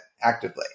actively